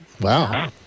Wow